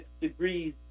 degrees